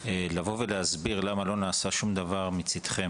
לבוא ולהסביר למה לא נעשה שום דבר מצדכם